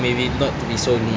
maybe not to be so needy